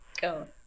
go